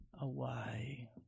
away